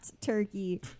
turkey